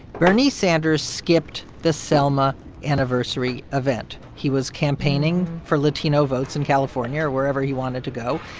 bernie sanders skipped the selma anniversary event. he was campaigning for latino votes in california or wherever he wanted to go.